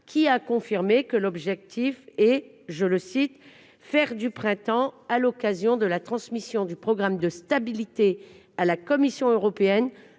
l'a confirmé lui-même : l'objectif est « de faire du printemps, à l'occasion de la transmission du programme de stabilité à la Commission européenne,